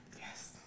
Yes